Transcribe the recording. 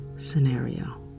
Scenario